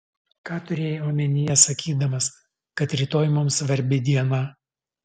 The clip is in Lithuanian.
ką turėjai omenyje sakydamas kad rytoj mums svarbi diena